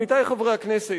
עמיתי חברי הכנסת,